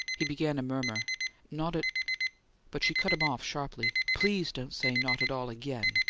he began a murmur not at but she cut him off sharply please don't say not at all again!